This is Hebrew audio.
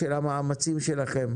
כמה שקלים כדי להתחיל ארגון ורעיון,